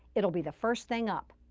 it'll be the first thing up.